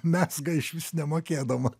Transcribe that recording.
mezga iš vis nemokėdama